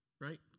right